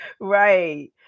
Right